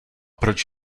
proč